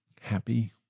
happy